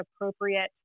appropriate